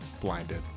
blinded